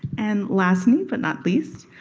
and lastly, but not least,